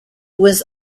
was